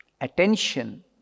attention